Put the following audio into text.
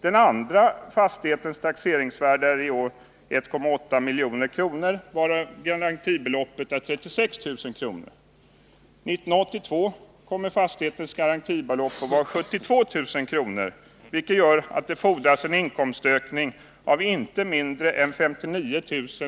Den andra fastighetens taxeringsvärde är i år 1,8 milj.kr., varvid garantibeloppet är 36 000 kr. 1982 kommer fastighetens garantibelopp att vara 72 000 kr., vilket gör att det fordras en inkomstökning på inte mindre än 59